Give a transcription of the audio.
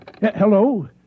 Hello